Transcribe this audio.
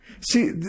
See